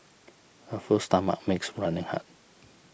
a full stomach makes running hard